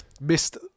missed